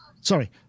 sorry